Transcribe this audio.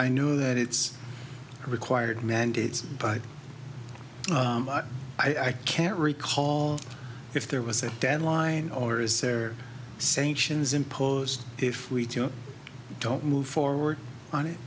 i know that it's required mandates but i can't recall if there was a deadline or is there sanctions imposed if we don't move forward on it